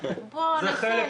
כל אחד